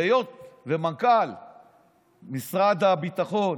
והיות שמנכ"ל משרד הביטחון,